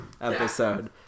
episode